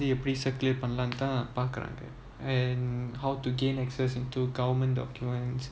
எப்படி:eppadi pre-circulate பண்ணலாம்னுதான்பாக்குறாங்க:pannalamnu thaan parkuraanga and how to gain access into government documents